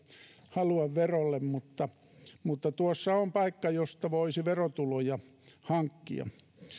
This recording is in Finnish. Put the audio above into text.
halua verolle mutta mutta tuossa on paikka josta voisi verotuloja hankkia